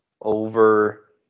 over